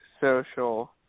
social